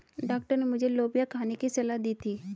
doctor ने मुझे लोबिया खाने की सलाह दी थी